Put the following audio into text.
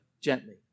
gently